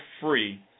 Free